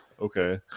Okay